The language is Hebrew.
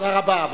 תודה רבה.